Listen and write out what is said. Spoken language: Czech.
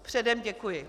Předem děkuji.